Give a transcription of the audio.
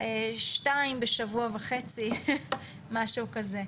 שתיים בשבוע וחצי, משהו כזה.